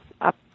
up